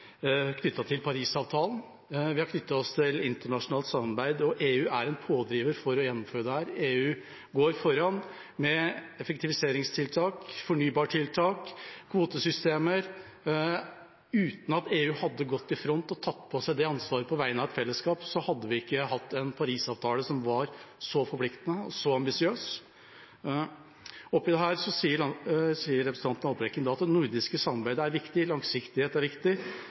gjennomføre dette. EU går foran med effektiviseringstiltak, fornybartiltak og kvotesystemer. Uten at EU hadde gått i front og tatt på seg det ansvaret på vegne av et fellesskap, hadde vi ikke hatt en Paris-avtale som var så forpliktende og så ambisiøs. Oppi dette sier representanten Haltbrekken at det nordiske samarbeidet er viktig, at langsiktighet er viktig.